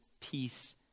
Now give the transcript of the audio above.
peace